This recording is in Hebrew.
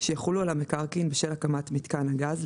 שיחולו על המקרקעין בשל הקמת מיתקן הגז,